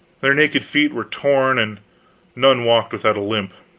their naked feet were torn, and none walked without a limp.